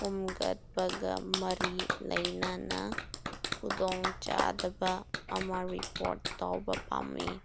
ꯈꯣꯝꯒꯠꯄꯒ ꯃꯔꯤ ꯂꯩꯅꯅ ꯈꯨꯗꯣꯡ ꯆꯥꯗꯕ ꯑꯃ ꯔꯤꯄꯣꯔꯠ ꯇꯧꯕ ꯄꯥꯝꯃꯤ